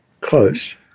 close